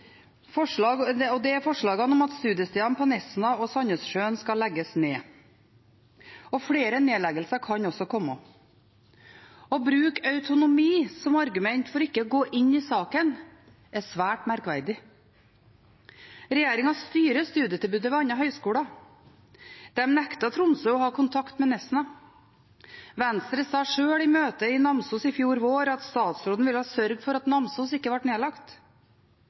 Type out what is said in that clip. og det er forslagene om at studiestedene i Nesna og Sandnessjøen skal legges ned. Flere nedleggelser kan også komme. Å bruke autonomi som argument for ikke å gå inn i saken, er svært merkverdig. Regjeringen styrer studietilbudet ved andre høyskoler. De nektet Tromsø å ha kontakt med Nesna. Venstre sa sjøl i møte i Namsos i fjor vår at statsråden ville sørge for at Namsos ikke ble nedlagt.